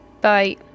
Bye